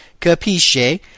Capisce